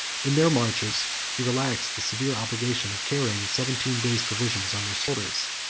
in their marches he relaxed the severe obligation of carrying seventeen days' provision on their shoulders.